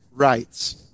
rights